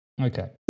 okay